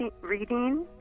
reading